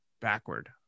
backward